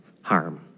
harm